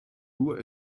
nur